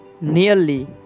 nearly